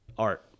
Art